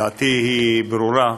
דעתי היא ברורה.